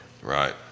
Right